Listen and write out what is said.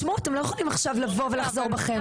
תשמעו אתם לא יכולים עכשיו לבוא ולחזור בכם.